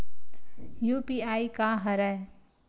UPI का हरय?